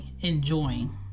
enjoying